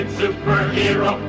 superhero